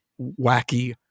wacky